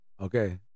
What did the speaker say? Okay